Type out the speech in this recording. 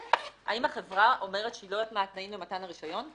האם החברה אומרת שהיא לא יודעת מה התנאים למתן רישיון?